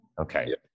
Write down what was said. Okay